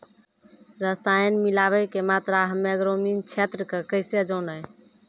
रसायन मिलाबै के मात्रा हम्मे ग्रामीण क्षेत्रक कैसे जानै?